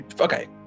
okay